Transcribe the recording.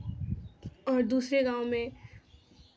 और दूसरे गाँव में